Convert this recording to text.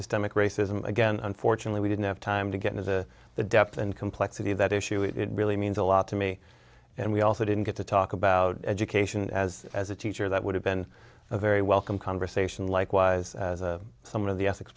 systemic racism again unfortunately we didn't have time to get into the depth and complexity of that issue it really means a lot to me and we also didn't get to talk about education as as a teacher that would have been a very welcome conversation likewise some of the ethics